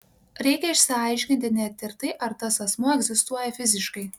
reikia išsiaiškinti net ir tai ar tas asmuo egzistuoja fiziškai